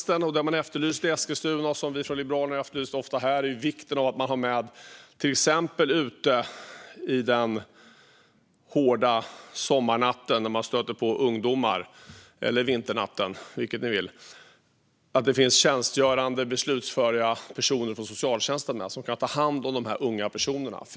Det som man har efterlyst i Eskilstuna och som vi i Liberalerna ofta har efterlyst här är tjänstgörande, beslutsföra personer från socialtjänsten som till exempel finns på plats ute i den hårda sommarnatten - eller vinternatten, vilket ni vill - och kan ta hand om dessa unga personer.